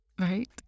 Right